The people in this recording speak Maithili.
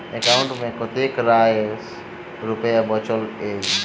एकाउंट मे कतेक रास रुपया बचल एई